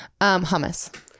Hummus